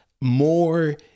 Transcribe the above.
more